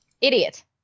Idiot